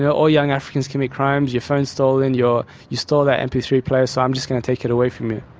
yeah all young africans commit crimes, your phone's stolen, you stole that m p three player, so i'm just going to take it away from you.